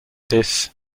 this